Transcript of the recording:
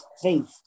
faith